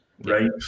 Right